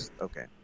Okay